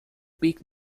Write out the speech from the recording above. big